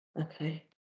Okay